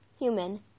Human